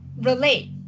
relate